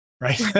right